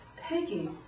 Peggy